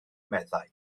meddai